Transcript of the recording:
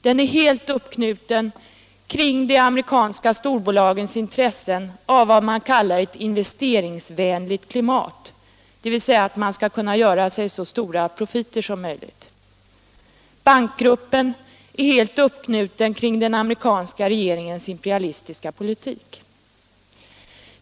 Den är helt uppknuten kring de amerikanska storbolagens intressen av vad man kallar ett investeringsvänligt klimat, dvs. att man skall göra sig så stora profiter som möjligt. Bankgruppen är helt uppknuten kring den amerikanska regeringens imperialistiska politik.